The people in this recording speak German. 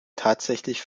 tatsächlich